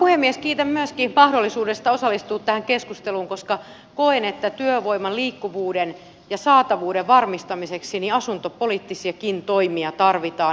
kiitän myöskin mahdollisuudesta osallistua tähän keskusteluun koska koen että työvoiman liikkuvuuden ja saatavuuden varmistamiseksi asuntopoliittisiakin toimia tarvitaan